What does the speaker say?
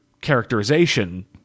characterization